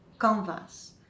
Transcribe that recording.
canvas